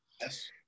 Yes